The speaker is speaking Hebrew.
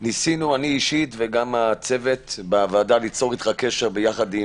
ניסינו אני אישית וגם הצוות בוועדה ליצור איתך קשר ביחד עם